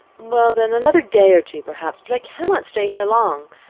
well then, another day or two, perhaps but i cannot stay here long,